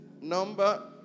number